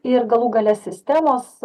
ir galų gale sistemos